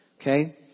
Okay